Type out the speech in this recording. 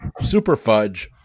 Superfudge